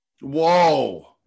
Whoa